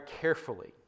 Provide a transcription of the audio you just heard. carefully